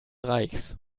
reichs